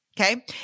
Okay